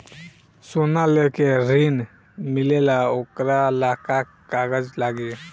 सोना लेके ऋण मिलेला वोकरा ला का कागज लागी?